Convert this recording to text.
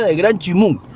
ah gran chimu!